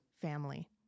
family